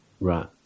Right